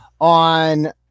on